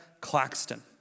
Claxton